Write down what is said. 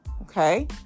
Okay